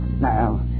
now